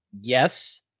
yes